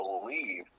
believe